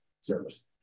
service